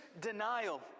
denial